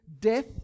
death